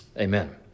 Amen